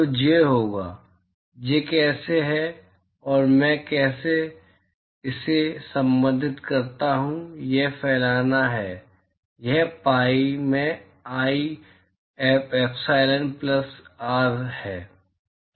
तो जे होगा जे कैसे हैं और मैं इसे कैसे संबंधित करता हूं यह फैलाना है यह पाई में आई एप्सिलॉन प्लस आर है